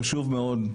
חשוב מאוד,